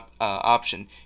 option